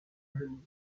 meneaux